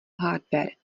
hardware